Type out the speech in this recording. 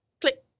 click